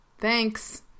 Thanks